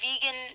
vegan